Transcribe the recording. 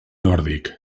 nòrdic